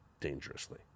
dangerously